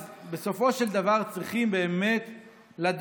אז, בסופו של דבר, צריכים באמת לדעת.